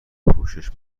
پوشش